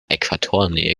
äquatornähe